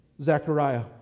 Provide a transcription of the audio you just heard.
Zechariah